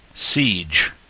Siege